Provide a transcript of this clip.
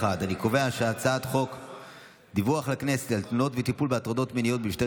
דיווח לכנסת על תלונות וטיפול בהטרדות מיניות במשטרת